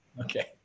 okay